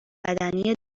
بدنی